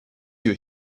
you